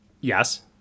Yes